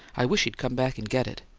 i wish he'd come back and get it!